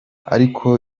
ariko